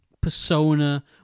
persona